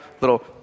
little